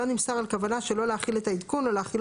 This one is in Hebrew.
לא נמסר על כוונה שלא להחיל את העדכון או להחילו